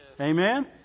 Amen